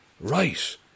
Right